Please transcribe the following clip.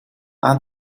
aan